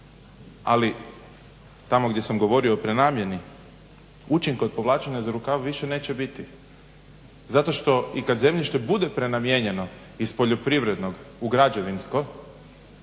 Ali tamo gdje sam govorio o prenamjeni učinka od povlačenja za rukav više neće biti. Zato što i kada zemljište bude prenamijenjeno iz poljoprivrednog u građevinsko